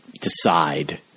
decide